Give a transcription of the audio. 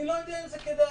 אני לא יודע אם זה כדאי.